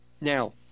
Now